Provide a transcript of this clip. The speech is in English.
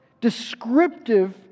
descriptive